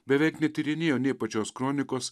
beveik netyrinėjo nei pačios kronikos